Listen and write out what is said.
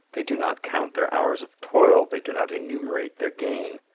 they do not count their hours of toil. they do not enumerate their gain.